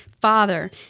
Father